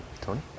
Tony